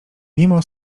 mimo